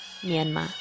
Myanmar